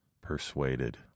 persuaded